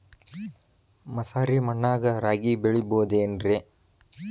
ಮಸಾರಿ ಮಣ್ಣಾಗ ರಾಗಿ ಬೆಳಿಬೊದೇನ್ರೇ?